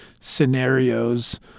scenarios